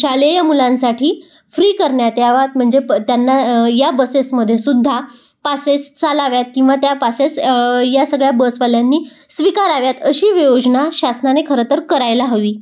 शालेय मुलांसाठी फ्री करण्यात याव्या म्हणजे प त्यांना या बसेसमध्येसुद्धा पासेस चालाव्यात किंवा त्या पासेस या सगळ्या बसवाल्यांनी स्वीकाराव्यात अशी योजना शासनाने खरंतर करायला हवी